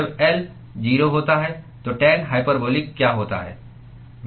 जब L 0 होता है तो टैन हाइपरबॉलिक क्या होता है